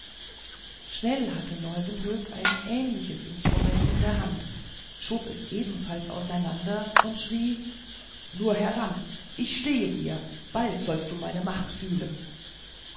schnell hatte leuwenhoek ein ähnliches instrument in der hand schob es ebenfalls auseinander und schrie nur heran ich stehe dir bald sollst du meine macht fühlen